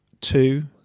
two